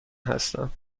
هستم